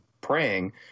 praying